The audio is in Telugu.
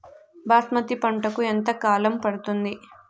బాస్మతి పంటకు ఎంత కాలం పడుతుంది?